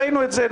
ראינו את זה,